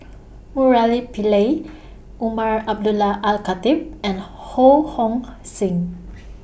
Murali Pillai Umar Abdullah Al Khatib and Ho Hong Sing